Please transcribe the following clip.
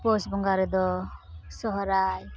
ᱯᱳᱥ ᱵᱚᱸᱜᱟ ᱨᱮᱫᱚ ᱥᱚᱨᱦᱟᱭ